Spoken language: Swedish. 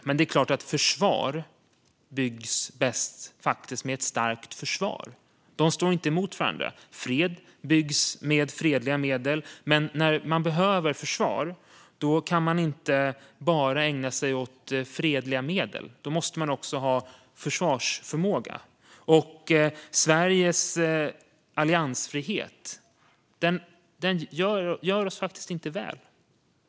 Men försvar byggs faktiskt bäst med ett starkt försvar. De står inte mot varandra. Fred byggs med fredliga medel, men när man behöver försvar kan man inte bara ägna sig åt fredliga medel. Då måste man också ha försvarsförmåga. Sveriges alliansfrihet tjänar oss faktiskt inte väl.